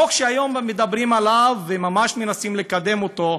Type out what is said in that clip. חוק שהיום מדברים עליו וממש מנסים לקדם אותו,